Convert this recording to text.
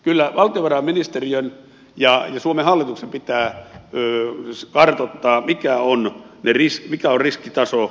kyllä valtiovarainministeriön ja suomen hallituksen pitää kartoittaa mikä on riskitaso